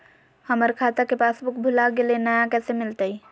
हमर खाता के पासबुक भुला गेलई, नया कैसे मिलतई?